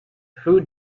who